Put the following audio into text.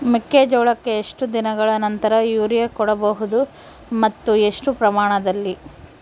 ಮೆಕ್ಕೆಜೋಳಕ್ಕೆ ಎಷ್ಟು ದಿನಗಳ ನಂತರ ಯೂರಿಯಾ ಕೊಡಬಹುದು ಮತ್ತು ಎಷ್ಟು ಪ್ರಮಾಣದಲ್ಲಿ?